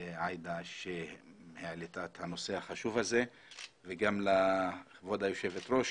עאידה שהעלתה את הנושא החשוב הזה וגם לכבוד היושבת ראש